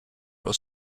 was